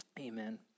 Amen